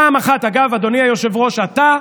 פעם אחת, אגב, אדוני היושב-ראש, אתה,